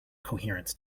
coherence